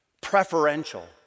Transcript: Preferential